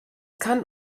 kann